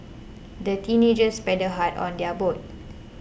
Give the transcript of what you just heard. the teenagers paddled hard on their boat